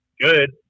good